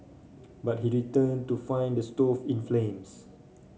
but he returned to find the stove in flames